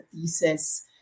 thesis